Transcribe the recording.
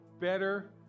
better